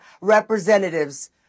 representatives